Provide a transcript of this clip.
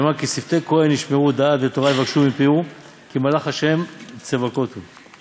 שנאמר: כי שפתי כוהן ישמרו דעת ותורה יבקשו מפיהו כי מלאך ה' צבאות הוא.